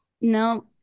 No